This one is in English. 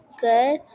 good